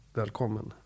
välkommen